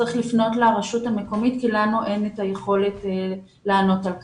צריך לפנות לרשות המקומית כי לנו אין יכולת לענות על כך.